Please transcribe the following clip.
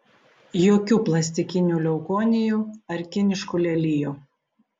jokių plastikinių leukonijų ar kiniškų lelijų